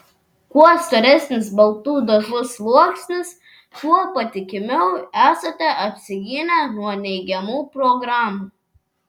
kuo storesnis baltų dažų sluoksnis tuo patikimiau esate apsigynę nuo neigiamų programų